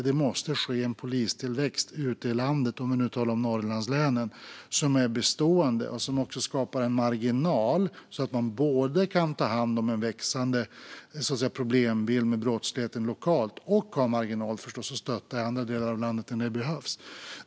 Det måste ske en polistillväxt ute i landet, om vi nu talar om Norrlandslänen, som är bestående och som också skapar en marginal så att man både kan ta hand om en växande problembild när det gäller brottsligheten lokalt och kan stötta andra delar av landet när det behövs.